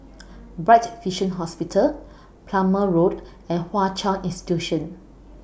Bright Vision Hospital Plumer Road and Hwa Chong Institution